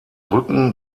rücken